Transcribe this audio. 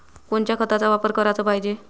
कोनच्या खताचा वापर कराच पायजे?